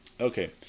Okay